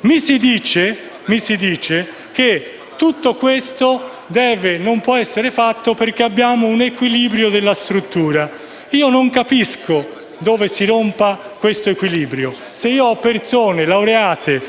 Mi si dice che tutto questo non può essere fatto perché abbiamo un equilibrio della struttura. Non capisco francamente dove si rompa questo equilibrio. Se ho persone laureate